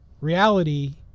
reality